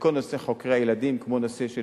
וכל נושא חוקרי הילדים, כמו נושא של